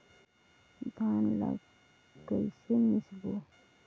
धान ला कइसे मिसबो?